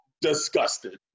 disgusted